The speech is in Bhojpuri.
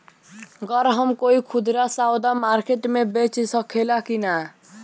गर हम कोई खुदरा सवदा मारकेट मे बेच सखेला कि न?